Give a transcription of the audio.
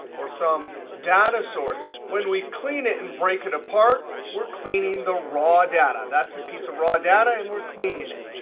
or some data source, when we clean it and break it apart, we're cleaning the raw data. that's a piece of raw data, and we're cleaning it.